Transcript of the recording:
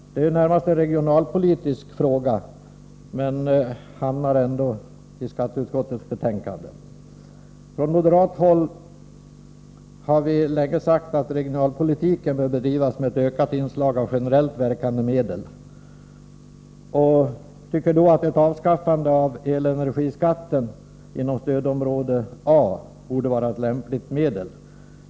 Det är närmast en regionalpolitisk fråga men hamnar ändå i skatteutskottets betänkande. Från moderat håll har vi länge sagt att regionalpolitiken bör bedrivas med ett ökat inslag av generellt verkande medel, och vi tycker att ett avskaffande av elenergiskatten inom stödområde A borde vara ett lämpligt medel.